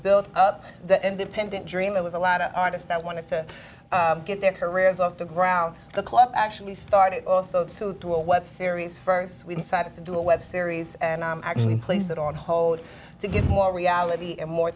build up that independent dream it was a lot of artists that wanted to get their careers off the ground the club actually started also to do a web series first we decided to do a web series and actually place it on hold to get more reality and more